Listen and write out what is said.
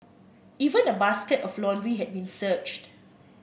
even a basket of laundry had been searched